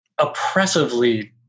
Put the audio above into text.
oppressively